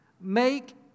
make